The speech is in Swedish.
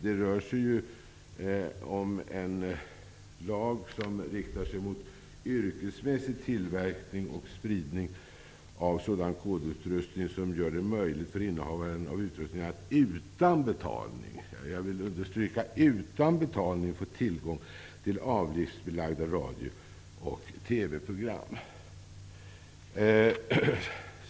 Det rör sig om en lag som riktar sig mot yrkesmässig tillverkning och spridning av sådan avkodningsutrustning som gör det möjligt för innehavaren av utrustningen att utan betalning -- jag vill betona ordet utan -- få tillgång till avgiftsbelagda radio och TV-program.